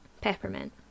Peppermint